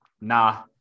nah